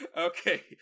Okay